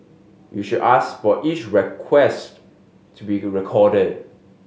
you should ask for each request to be recorded